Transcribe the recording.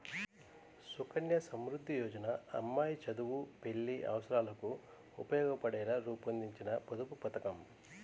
సుకన్య సమృద్ధి యోజన అమ్మాయి చదువు, పెళ్లి అవసరాలకు ఉపయోగపడేలా రూపొందించిన పొదుపు పథకం